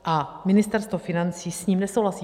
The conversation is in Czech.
A Ministerstvo financí s ním nesouhlasí.